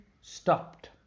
stopped